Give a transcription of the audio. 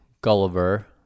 Gulliver